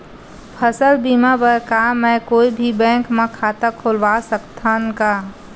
फसल बीमा बर का मैं कोई भी बैंक म खाता खोलवा सकथन का?